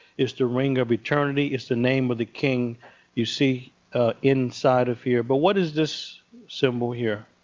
it's the ring of eternity. it's the name of the king you see inside of here. but what is this symbol here?